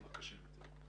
בבקשה.